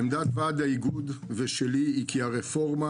עמדת ועד האיגוד ושלי היא כי רפורמות